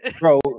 Bro